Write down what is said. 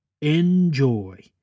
Enjoy